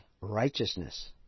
righteousness